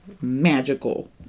magical